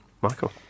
Michael